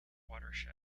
watershed